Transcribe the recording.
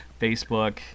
Facebook